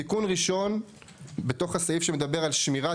תיקון ראשון בתוך הסעיף שמדבר על שמירת